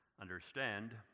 understand